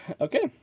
Okay